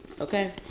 okay